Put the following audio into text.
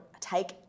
take